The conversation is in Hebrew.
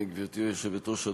גברתי היושבת-ראש,